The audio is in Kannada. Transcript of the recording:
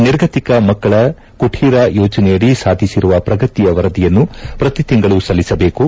ನಿರ್ಗತಿಕ ಮಕ್ಕಳ ಕುಟೀರ ಯೋಜನೆಯಡಿ ಸಾಧಿಸಿರುವ ಪ್ರಗತಿಯ ವರದಿಯನ್ನು ಪ್ರತಿ ತಿಂಗಳು ಸಲ್ಲಿಸಬೇಕು